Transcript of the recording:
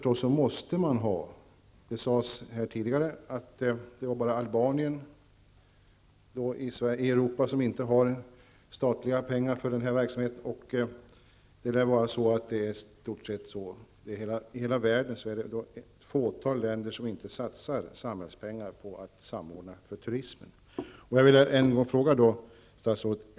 Tidigare sades det att det i Europa var bara Albanien som inte ger statliga pengar åt verksamheten. I hela världen är det bara ett fåtal länder som inte satsar statliga pengar för en samordning när det gäller turismen.